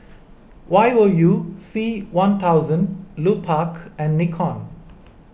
Y O U C one thousand Lupark and Nikon